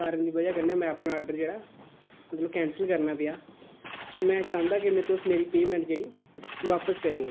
कारण दी बजह् कन्नै में अपना आर्डर जेह्ड़ा मतलब कैंसल करना पेआ ते में चांह्दा कि में तुस मेरी पेऽमैंट जेह्ड़ी बापस करी ओड़न